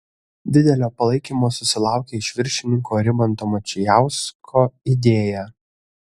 didelio palaikymo susilaukė iš viršininko rimanto mačijausko idėja